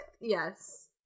Yes